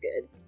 good